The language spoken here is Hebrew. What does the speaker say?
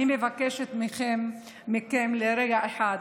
אני מבקשת מכם לרגע אחד,